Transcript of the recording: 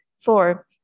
Four